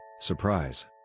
surprise